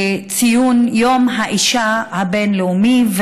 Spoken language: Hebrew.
יום האישה הבין-לאומי.